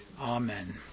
Amen